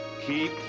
keep